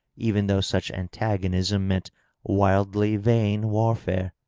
even though such antagonism meant wildly vain warfare.